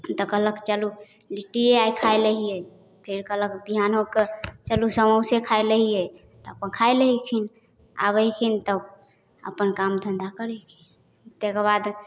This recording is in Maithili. तऽ कहलक चलू लिट्टीए आइ खाय लै हियै फेर कहलक बिहान होकर चलू समोसे खाय लै हियै तऽ अपन खाय लैलखिन आब अयलखिन तऽ अपन काम धंधा करै छथिन तेकर बाद